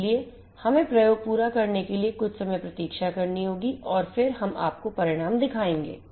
इसलिए हमें प्रयोग पूरा करने के लिए कुछ समय प्रतीक्षा करें और फिर हम आपको परिणाम दिखाएंगे